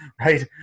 right